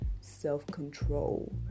self-control